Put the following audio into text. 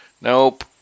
nope